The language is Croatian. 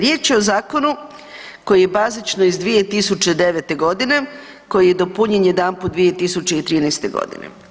Riječ je o zakonu koji je bazično iz 2009. godine koji je dopunjen jedanput 2013. godine.